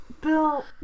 Bill